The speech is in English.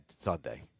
Sunday